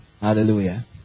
Hallelujah